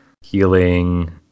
healing